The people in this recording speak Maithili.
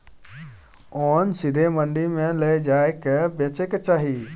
ओन सीधे मंडी मे लए जाए कय बेचे के चाही